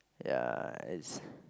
yeah it's